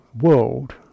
world